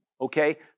Okay